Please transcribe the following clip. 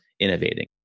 Innovating